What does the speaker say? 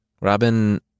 Robin